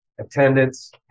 attendance